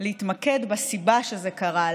להתמקד בסיבה שזה קרה,